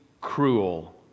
cruel